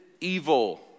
evil